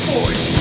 Boys